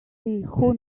who